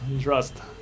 Trust